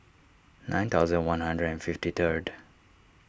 nine thousand one hundred and fifty third